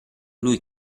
lui